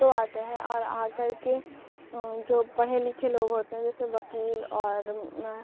تو آتے ہیں اور آ کر کے جو پڑھے لکھے لوگ ہوتے ہیں جیسے وکیل اور